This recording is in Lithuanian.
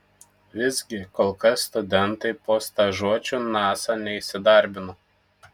visgi kol kas studentai po stažuočių nasa neįsidarbino